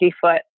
foot